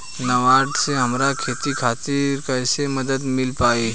नाबार्ड से हमरा खेती खातिर कैसे मदद मिल पायी?